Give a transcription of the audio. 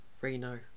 Reno